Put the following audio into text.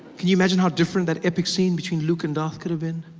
can you imagine how different that epic scene between luke and darth could have been?